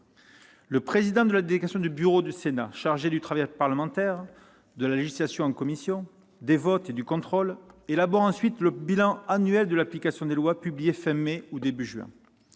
Le président de la délégation du bureau du Sénat chargée du travail parlementaire, de la législation en commission, des votes et du contrôle élabore ensuite le bilan annuel de l'application des lois, publié à la fin du mois